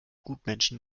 gutmenschen